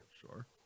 Sure